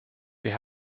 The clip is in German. wir